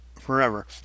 forever